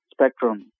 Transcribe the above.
spectrum